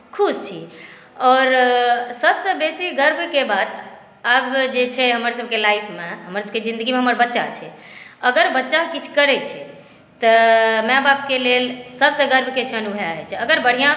खुश छी आओर सभसॅं बेसी गर्वके बात आब जे छै से हमर सभके लाइफ़मे ज़िंदगीमे हमर बच्चा छै अगर बच्चा किछु करै छै तऽ माय बापके लेल सभसे गर्वके क्षण वएह होइ छै अगर बढ़िआँ